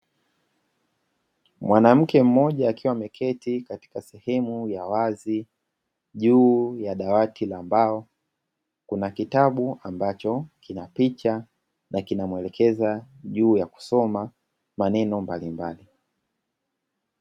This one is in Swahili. Mwanamke mmoja akiwa ameketi katika sehemu ya wazi, juu ya dawati la mbao kuna kitabu, ambacho kina picha na kina mwelekeza juu ya kusoma maneno mbalimbali.